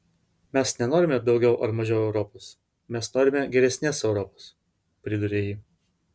mes nenorime daugiau ar mažiau europos mes norime geresnės europos pridūrė ji